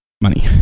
Money